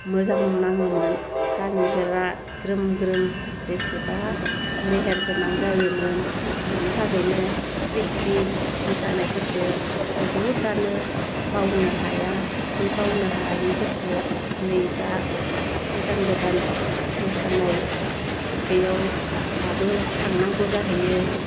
मोजां नाङोमोन गामिफोरा ग्रोमग्रोम बेसेबा मेहेरगोनां जायोमोन बेनि थाखायनो ख्रिस्थि मोसानायफोरखौ बहुदआनो बावनो हाया बे बावनो हायिफोरखौ नै दा गोदान गोदान मोसानाय बेयाव दाबो थांनांगौ जाहैयो